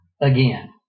again